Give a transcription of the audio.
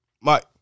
Mike